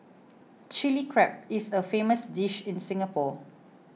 Chilli Crab is a famous dish in Singapore